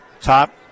top